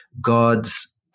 God's